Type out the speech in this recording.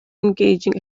engaging